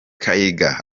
kaiga